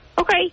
Okay